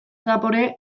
zapore